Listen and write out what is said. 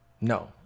No